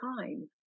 time